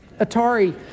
Atari